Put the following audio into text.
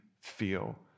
feel